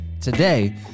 today